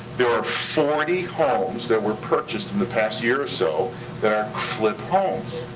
there are forty homes that were purchased in the past year or so that are flip homes.